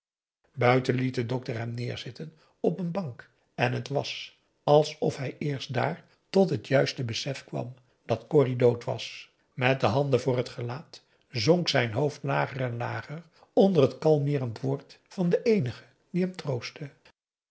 liet de dokter hem neerzitten op een bank en het was alsof hij eerst daar tot het juiste besefkwam dat corrie dood was met de handen voor het gelaat zonk zijn hoofd lager en lager onder het kalmeerend woord van den eenige die hem troostte